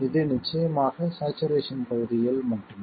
இது நிச்சயமாக சாச்சுரேஷன் பகுதியில் மட்டுமே